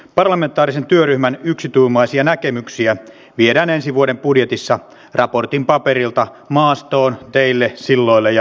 parlamentaarisen työryhmän yksituumaisia näkemyksiä viedään ensi vuoden budjetissa raportin kysyttiin olinko kääntänyt takkini kriisinhallinnan suhteen